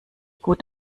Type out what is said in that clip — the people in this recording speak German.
gut